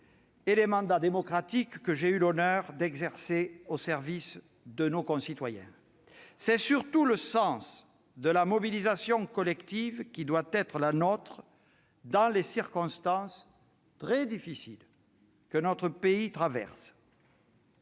et mandats démocratiques que j'ai exercés au service de nos concitoyens. C'est surtout le sens de la mobilisation collective qui doit être la nôtre dans les circonstances, très difficiles, traversées